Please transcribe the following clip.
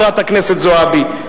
חברת הכנסת זועבי,